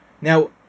Now